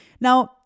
Now